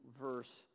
verse